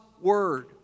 Word